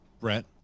Brett